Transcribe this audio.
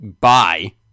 Bye